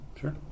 Sure